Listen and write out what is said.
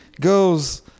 goes